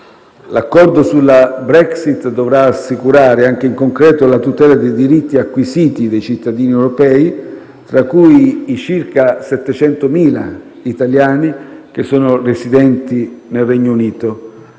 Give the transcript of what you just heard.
L'accordo sulla Brexit dovrà assicurare, anche in concreto, la tutela dei diritti acquisiti dai cittadini europei, tra cui i circa 700.000 italiani residenti nel Regno Unito,